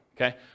Okay